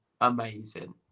amazing